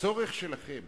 מהצורך שלכם